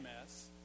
mess